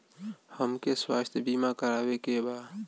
हमके स्वास्थ्य बीमा करावे के बा?